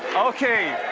okay.